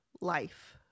life